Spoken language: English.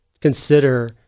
consider